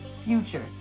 future